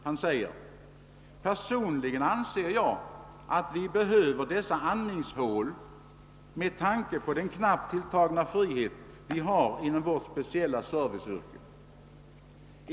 Han yttrade: »Personligen anser jag att vi behöver dessa ”andningshål med tanke på den knappt tilltagna frihet vi har inom vårt speciella serviceyrke.